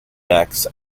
necks